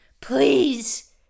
please